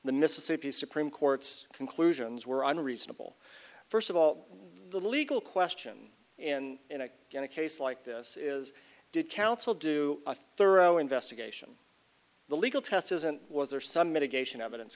the mississippi supreme court's conclusions were unreasonable first of all the legal question and in a case like this is did counsel do a thorough investigation the legal test isn't was there some mitigation evidence